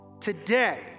today